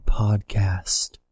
podcast